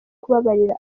kubabarira